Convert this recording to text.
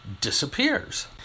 disappears